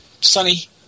sunny